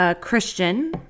Christian